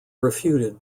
refuted